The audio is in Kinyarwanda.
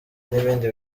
n’ibindi